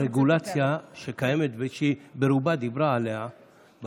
הרגולציה שקיימת ושהיא דיברה עליה ברובה,